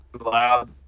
loud